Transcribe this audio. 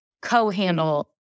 co-handle